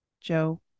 Joe